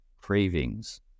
cravings